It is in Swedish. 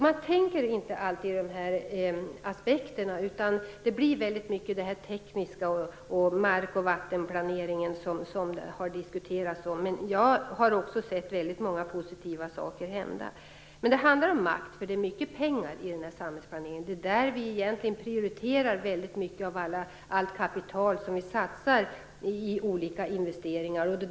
Man tänker inte alltid på dessa aspekter, utan det blir väldigt mycket det tekniska och mark och vattenplanering som diskuteras. Men jag har också sett många positiva saker hända. Detta handlar om makt, därför att det ligger mycket pengar i samhällsplaneringen. Det är dit vi prioriterar mycket av allt kapital vi satsar på olika investeringar.